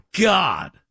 God